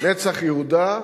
"נצח יהודה",